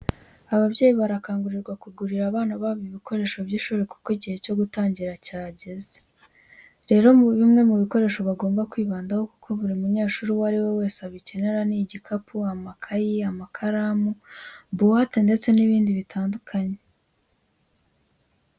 Ababyeyi barakangurirwa kugurira abana babo ibikoresho by'ishuri kubera ko igihe cyo gutangira cyageze. Rero bimwe mu bikoresho bagomba kwibandaho kuko buri munyeshuri uwo ari we wese abikenera ni igikapu, amakayi, amakaramu, buwate ndetse n'ibindi bitandukanye.